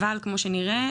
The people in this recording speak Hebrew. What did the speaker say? אבל כמו שנראה,